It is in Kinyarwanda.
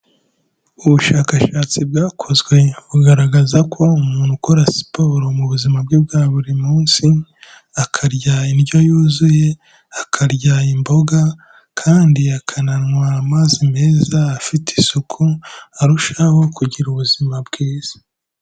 Ubushakashatsi bwakozwe, bugaragaza ko umuntu ukora siporo mu buzima bwe bwa buri munsi, akarya indyo yuzuye, akarya imboga kandi akananywa amazi meza afite isuku, arushaho kugira ubuzima bwiza.